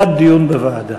בעד, דיון בוועדה.